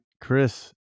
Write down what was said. Chris